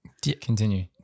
Continue